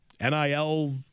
NIL